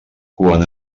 quan